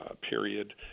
period